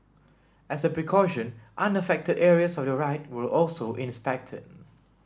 as a precaution unaffected areas of the ride were also inspected